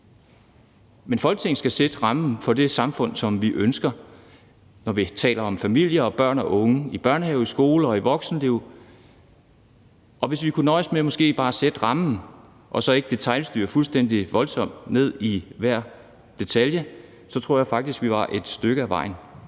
Folketinget skal sætte rammen for det samfund, som vi ønsker, når vi taler om familie og børn og unge – i børnehave, i skole og i voksenlivet. Og hvis vi kunne nøjes med måske bare at sætte rammen og så ikke fuldstændig styre det voldsomt ned i hver detalje, tror jeg faktisk, vi var et stykke ad vejen.